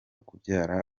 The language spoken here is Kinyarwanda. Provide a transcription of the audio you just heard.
kubyara